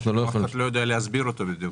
אף אחד לא יודע להסביר אותו בדיוק.